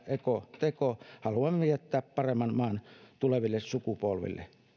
ekoteko haluan jättää paremman maan tuleville sukupolville